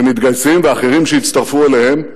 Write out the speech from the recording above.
שמתגייסים, ואחרים שיצטרפו אליהם,